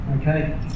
Okay